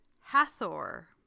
Hathor